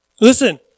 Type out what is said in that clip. Listen